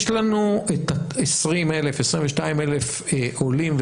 יש את ה-22,000 עולים,